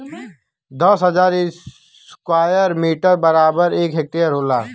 दस हजार square metre बराबर एक हेक्टेयर होला